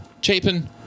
chapin